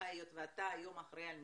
היות שאתה היום אחראי על המשרד,